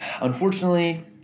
unfortunately